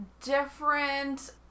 different